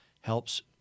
helps